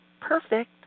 perfect